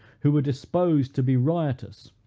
who were disposed to be riotous,